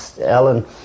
Alan